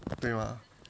对吗